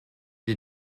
des